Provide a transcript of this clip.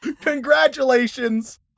Congratulations